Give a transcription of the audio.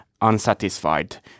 unsatisfied